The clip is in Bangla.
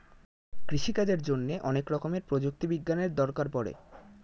কৃষিকাজের জন্যে অনেক রকমের প্রযুক্তি বিজ্ঞানের দরকার পড়ে